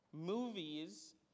movies